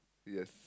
yes